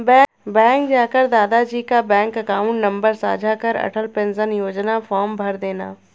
bank जाकर दादा जी का बैंक अकाउंट नंबर साझा कर अटल पेंशन योजना फॉर्म भरदेना